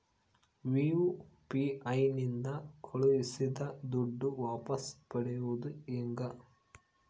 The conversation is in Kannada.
ಯು.ಪಿ.ಐ ನಿಂದ ಕಳುಹಿಸಿದ ದುಡ್ಡು ವಾಪಸ್ ಪಡೆಯೋದು ಹೆಂಗ?